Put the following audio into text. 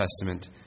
Testament